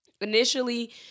initially